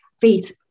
faith